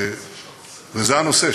וזה הנושא.